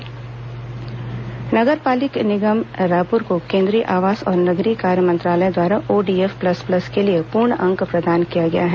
ODF Raipur नगर पालिक निगम रायपुर को केंद्रीय आवास और नगरीय कार्य मंत्रालय द्वारा ओडीएफ प्लस प्लस के लिए पूर्ण अंक प्रदान किया गया है